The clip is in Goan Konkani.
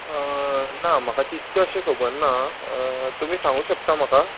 ना म्हाका तितकें अशें खबर ना तुमी सांगू शकता म्हाका